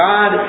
God